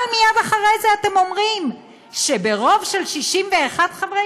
אבל מייד אחרי זה אתם אומרים שברוב של 61 חברי